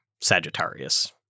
sagittarius